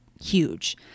huge